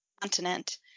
continent